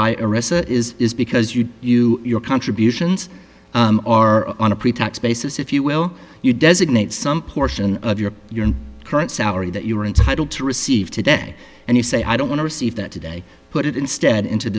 it is is because you you your contributions are on a pretax basis if you will you designate some portion of your current salary that you were entitled to receive today and you say i don't want to receive that today put it instead into